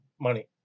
money